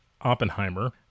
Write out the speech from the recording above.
Oppenheimer